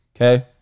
Okay